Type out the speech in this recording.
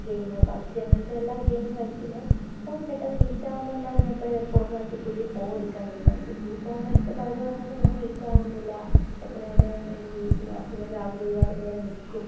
game PUBG അങ്ങനത്തെ എല്ലാ ഗെയിമും കളിക്കുമ്പോൾ ഫോൺ പെട്ടന്ന് ഹീറ്റാകുന്ന കൊണ്ടാണ് ഞാൻ ഇപ്പം ഫോൺ മാറ്റി പുതിയ ഫോൺ എടുക്കാൻ തീരുമാനിച്ചത് ഇപ്പം ഈ ഫോണെടുത്തപ്പോൾ അവർ പറഞ്ഞത് ഇങ്ങനെ ഹീറ്റകുവോന്നൂല്ല എത്ര നേരം വേണേലും യൂസ് ചെയ്യാം പിന്നെ ചാർജ് ഒരുപാട് നേരം നിൽക്കും